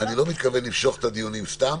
אני לא מתכוון למשוך את הדיונים סתם,